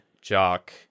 jock